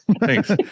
Thanks